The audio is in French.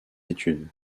études